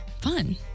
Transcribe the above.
Fun